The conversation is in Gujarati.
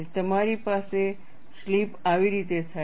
તમારી પાસે સ્લિપ આવી રીતે થાય છે